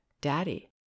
daddy